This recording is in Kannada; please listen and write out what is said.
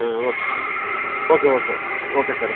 ಹಾಂ okay okay okay okay sir